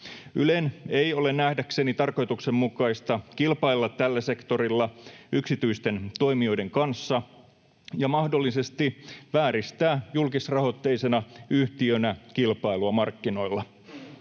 Ylen ei ole nähdäkseni tarkoituksenmukaista kilpailla tällä sektorilla yksityisten toimijoiden kanssa ja mahdollisesti vääristää julkisrahoitteisena yhtiönä kilpailua markkinoilla.